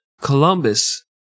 Columbus